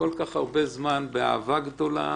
כל כך הרבה זמן באהבה גדולה